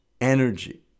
energy